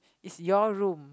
is your room